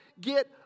get